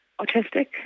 autistic